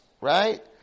right